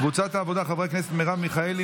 קבוצת סיעת העבודה: חברי הכנסת מרב מיכאלי,